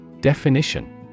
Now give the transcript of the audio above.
Definition